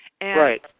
Right